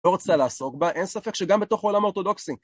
לא רוצה לעסוק בה, אין ספק שגם בתוך העולם האורתודוקסי.